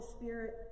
Spirit